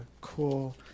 cool